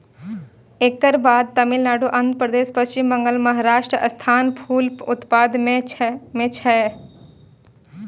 एकर बाद तमिलनाडु, आंध्रप्रदेश, पश्चिम बंगाल, महाराष्ट्रक स्थान फूल उत्पादन मे छै